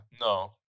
no